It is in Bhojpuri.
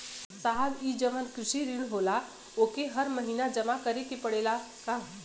साहब ई जवन कृषि ऋण होला ओके हर महिना जमा करे के पणेला का?